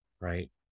Right